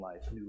life